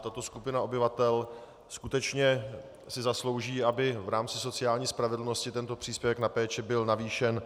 Tato skupina obyvatel si skutečně zaslouží, aby byl v rámci sociální spravedlnosti tento příspěvek na péči navýšen.